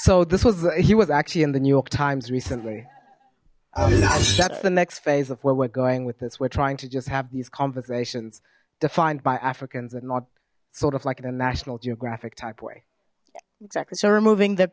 so this was he was actually in the new york times recently that's the next phase of where we're going with this we're trying to just have these conversations defined by africans and not sort of like in a national geographic type way exactly so removing the